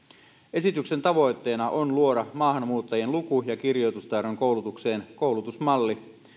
esityksen tavoitteena on luoda maahanmuuttajien luku ja kirjoitustaidon koulutukseen koulutusmalli